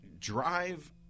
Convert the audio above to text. drive